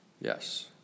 Yes